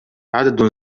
عدد